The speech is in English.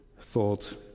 thought